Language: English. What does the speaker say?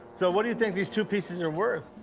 so what do you think these two pieces are worth?